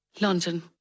London